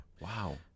Wow